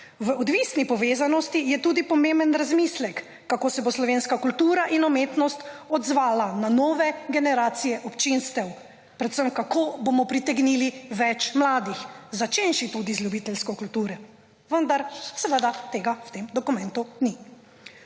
V odvisni povezanosti je tudi pomemben razmislek kako se bo slovenska kultura in umetnost odzvala na nove generacije občinstev, predvsem kako bomo pritegnili več mladih, začenši tudi z ljubiteljsko kulturo, vendar seveda tega v tem dokumentu ni.